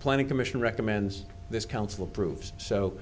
planning commission recommends this council approves so